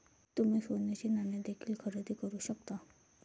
तुम्ही सोन्याची नाणी देखील खरेदी करू शकता